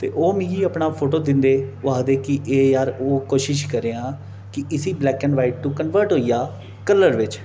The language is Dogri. ते ओह् मिगी अपना फोटो दिंदे ओह् आखदे कि एह् यार ओह् कोशिश करेआं कि इसी black and white to convert होई जा कलर बिच्च